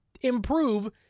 improve